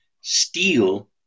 steal